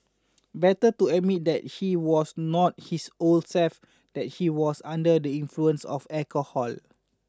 better to admit that he was not his old self that he was under the influence of alcohol